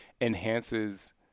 enhances